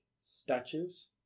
Statues